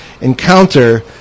encounter